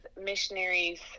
missionaries